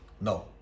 No